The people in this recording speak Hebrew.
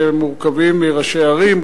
שמורכב מראשי ערים,